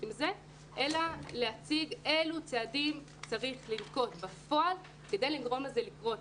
אתה אלא להציג אילו צעדים צריך לנקוט בפועל כדי לגרום לזה לקרות.